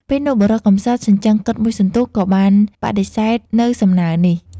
ពេលនោះបុរសកម្សត់ សញ្ជឹងគិតមួយសន្ទុះ ក៏បានបដិសេធន៍នៅសំណើរនេះ។